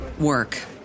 work